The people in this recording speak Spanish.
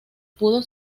pudo